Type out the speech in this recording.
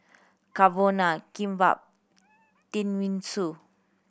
Carbonara Kimbap Tenmusu